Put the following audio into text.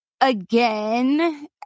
again